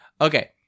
okay